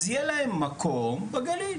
אז יהיה להם מקום בגליל,